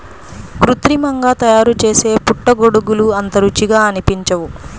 కృత్రిమంగా తయారుచేసే పుట్టగొడుగులు అంత రుచిగా అనిపించవు